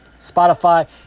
Spotify